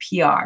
PR